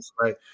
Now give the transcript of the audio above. right